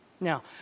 Now